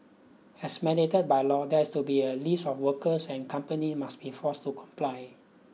as mandated by law there has to be a list of workers and companies must be forced to comply